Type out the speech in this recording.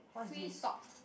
what's this